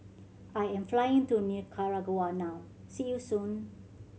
I am flying to Nicaragua now see you soon